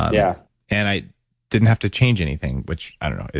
ah yeah and i didn't have to change anything which, i don't know,